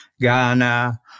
Ghana